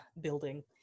building